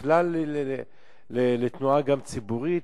גם לתנועה ציבורית,